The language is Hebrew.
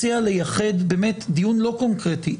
אני מציע לייחד דיון לא קונקרטי.